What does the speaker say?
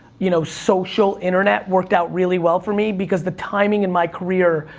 you know, social internet worked out really well for me, because the timing in my career,